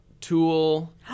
Tool